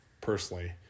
personally